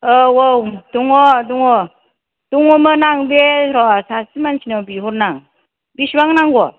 औ औ दङ' दङ' दङ'मोन आं बे र' सासे मानसिनाव बिहरनां बेसेबां नांगौ